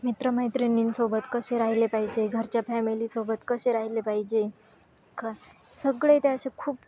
मित्रमैत्रिणींसोबत कसे राहिले पाहिजे घरच्या फॅमिलीसोबत कसे राहिले पाहिजे का सगळे ते असे खूप